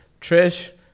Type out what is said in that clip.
Trish